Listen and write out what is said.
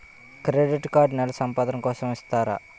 Credit card నెల సంపాదన కోసం ఇస్తారా?